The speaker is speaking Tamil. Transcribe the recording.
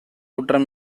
குற்ற